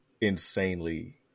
insanely